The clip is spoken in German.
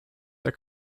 der